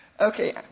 Okay